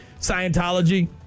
Scientology